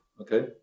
okay